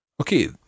Okay